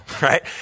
right